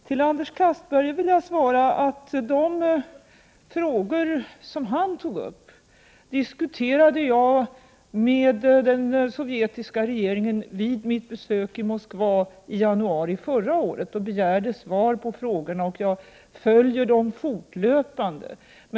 Till Anders Castberger vill jag säga att de frågor som han tog upp diskuterade jag med den sovjetiska regeringen vid mitt besök i Moskva i januari förra året. Jag begärde då svar på dessa frågor och jag följer dem fortlöpande.